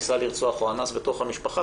ניסה לרצוח או אנס בתוך המשפחה,